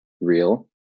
real